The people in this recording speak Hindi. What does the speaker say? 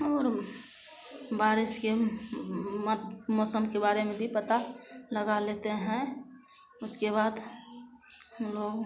ओर बारिश के मौसम के बारे में भी पता लगा लेते हैं उसके बाद हम लोग